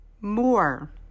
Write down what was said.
more